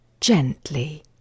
gently